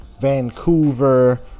vancouver